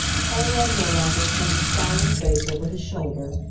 konrad nirlanger turned a scowling face over his shoulder.